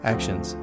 Actions